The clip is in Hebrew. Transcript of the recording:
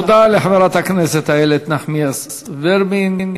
תודה לחברת הכנסת איילת נחמיאס ורבין.